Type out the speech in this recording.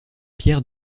pierre